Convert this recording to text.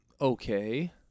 okay